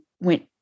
went